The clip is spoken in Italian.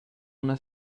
una